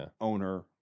owner